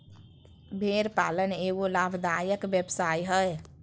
भेड़ पालन एगो लाभदायक व्यवसाय हइ